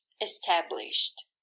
established